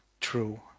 true